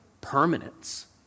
permanence